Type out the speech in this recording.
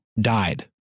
died